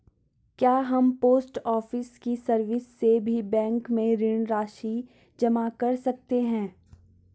क्या हम post office की सर्विस से भी बैंक में ऋण राशि जमा कर सकते हैं?